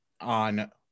on